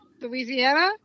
Louisiana